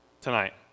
tonight